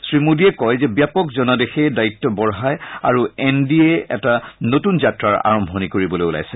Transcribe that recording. শ্ৰীমোদীয়ে কয় যে ব্যাপক জনাদেশে দায়িত্ব বঢ়াই আৰু এন ডি এ এটা নতুন যাত্ৰাৰ আৰম্ভণি কৰিব ওলাইছে